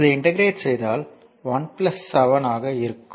இதை இன்டெக்ரேட் செய்தால் 1 7 ஆக இருக்கும்